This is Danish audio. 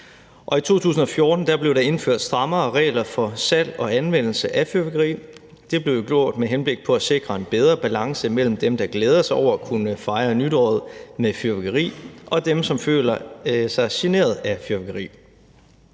I 2014 blev der indført strammere regler for salg og anvendelse af fyrværkeri. Det blev gjort med henblik på at sikre en bedre balance mellem dem, der glæder sig over at kunne fejre nytåret med fyrværkeri, og dem, der føler sig generet af fyrværkeri.